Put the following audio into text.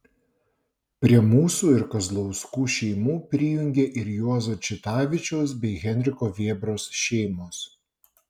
prie mūsų ir kazlauskų šeimų prijungė ir juozo čitavičiaus bei henriko vėbros šeimos